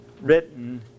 written